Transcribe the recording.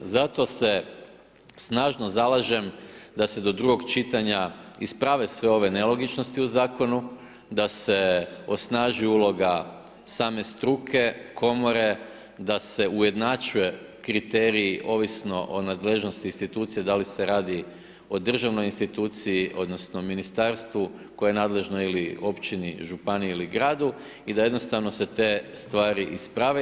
Zato se snažno zalažem da se do drugog čitanja isprave sve ove nelogičnosti u zakonu, da se osnaži uloga same struke, komore, da se ujednačuje kriteriji ovisno o nadležnosti institucija da li se radi o državnoj instituciji odnosno ministarstvu koje je nadležno ili općini, županiji ili gradu i da jednostavno se te stvari isprave.